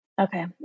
Okay